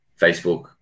Facebook